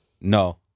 No